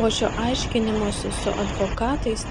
po šio aiškinimosi su advokatais